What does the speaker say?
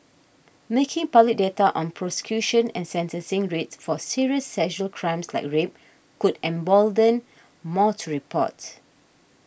making public data on prosecution and sentencing rates for serious sexual crimes like rape could embolden more to report